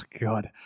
god